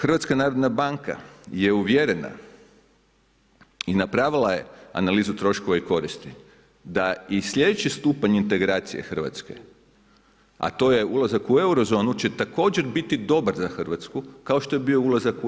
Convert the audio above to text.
HNB je uvjerena i napravila je analizu troškova i koristi, da i slijedeći stupanj integracije RH, a to je ulazak u Eurozonu će također biti dobar za RH, kao što je bio ulazak u EU.